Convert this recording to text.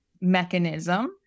mechanism